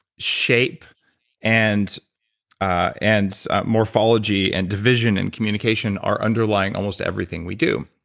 shape and ah and morphology and division and communication are underlying almost everything we do.